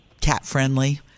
cat-friendly